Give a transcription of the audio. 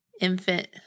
infant